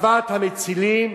הצבת המצילים